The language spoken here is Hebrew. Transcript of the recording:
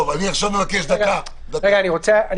זה השקר בהתגלמותו.